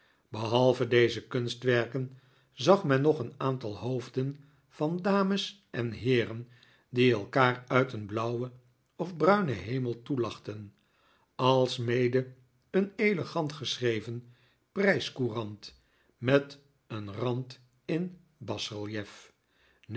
behalve deze kunstwerken zag men nog een aantal hoofden van dames en heeren die elkaar uit een blauwen of bruinen hemel toelachten alsmede een elegant geschreven prijscourant met een rand in